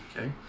okay